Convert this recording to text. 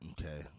Okay